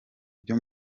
byo